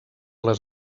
les